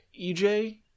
EJ